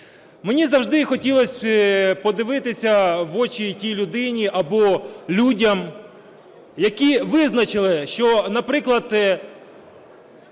Мені завжди хотілося подивитися в очі тій людині або людям, які визначили, що, наприклад,